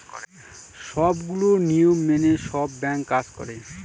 সবগুলো নিয়ম মেনে সব ব্যাঙ্ক কাজ করে